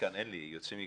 אין לי.